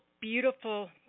beautiful